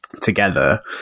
together